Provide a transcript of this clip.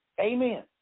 Amen